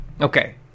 Okay